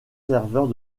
serveurs